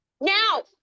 Now